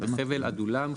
בחבל עדולם,